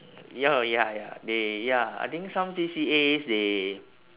ya lor ya ya they ya I think some C_C_As they